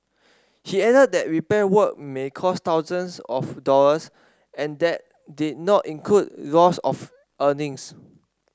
he added that repair work may cost thousands of dollars and that did not include loss of earnings